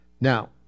Now